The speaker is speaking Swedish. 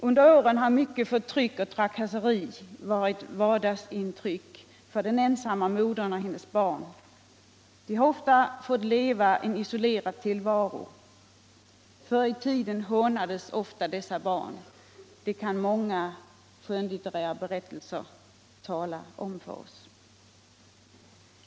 Under åren har mycket förtryck och trakasseri varit vardagsintryck för den ensamma modern och hennes barn. De har ofta fått leva en isolerad tillvaro. Förr i tiden hånades ofta dessa barn; det kan många skönlitterära berättelser tala om för oss.